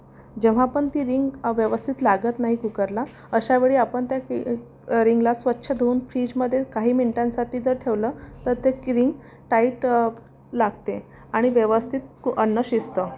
जेव्हा पण ती रिंग अव्यवस्थित लागत नाही कुकरला अशा वेळी आपण त्या रिंगला स्वच्छ धुवून फ्रिजमध्ये काही मिंटांसाठी जर ठेवलं तर ते कीरिंग टाईट लागते आणि व्यवस्थित कु अन्न शिजतं